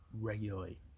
regularly